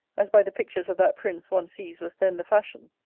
as by the pictures of that prince one sees was then the fashion.